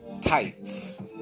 tights